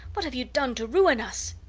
what have you done to ruin us?